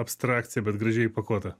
abstrakcija bet gražiai įpakuota